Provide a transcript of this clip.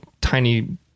tiny